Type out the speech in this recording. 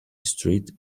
street